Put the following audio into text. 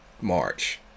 March